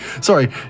Sorry